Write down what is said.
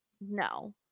no